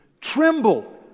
Tremble